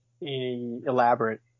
elaborate